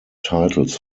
titles